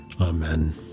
Amen